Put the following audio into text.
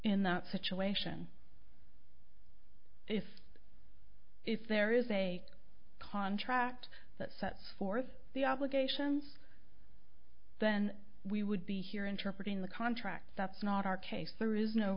in that situation if if there is a contract that set forth the obligations then we would be here interpreting the contract that's not our case there is no